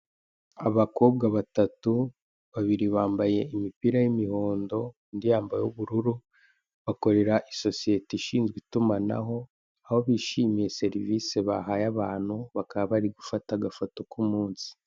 Abakobwa batatu, babiri bambaye imipira y'imihondo, undi yambaye uw'ubururu, bakorera isosiyete ishinzwe itumanaho, aho bishimiye serivise bahaye abantu, bakaba bari gufata agafoto k'umunsi.